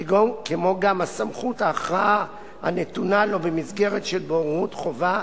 כמו גם לסמכות ההכרעה הנתונה לו במסגרת של בוררות חובה,